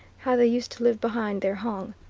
how they used to leave behind their hong?